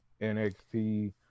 NXT